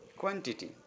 quantity